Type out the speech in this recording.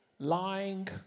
lying